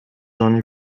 johnny